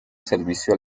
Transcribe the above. servicio